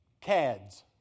cads